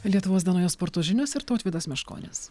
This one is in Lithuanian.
lietuvos dienoje sporto žinios ir tautvydas meškonis